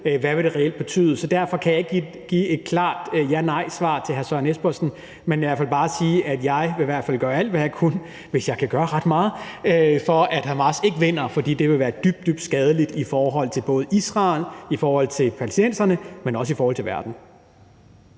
Hvad vil det reelt betyde? Så derfor kan jeg ikke give et klart ja-/nejsvar til hr. Søren Espersen, men bare sige, at jeg i hvert fald vil gøre alt, hvad jeg kan – hvis jeg kan gøre ret meget – for at Hamas ikke vinder, for det ville være dybt, dybt skadeligt i forhold til både Israel og palæstinenserne, men også i forhold til verden.